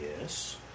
Yes